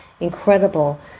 incredible